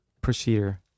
procedure